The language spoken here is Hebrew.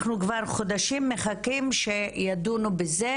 אנחנו כבר חודשים מחכים שידונו בזה,